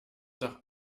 doch